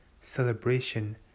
Celebration